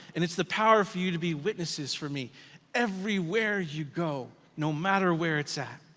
and it's the power for you to be witnesses for me everywhere you go, no matter where it's at.